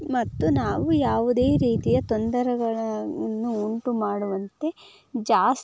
ಮತ್ತು ನಾವು ಯಾವುದೇ ರೀತಿಯ ತೊಂದರೆಗಳನ್ನು ಉಂಟುಮಾಡುವಂತೆ ಜಾಸ್ತಿ